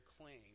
claim